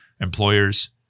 employers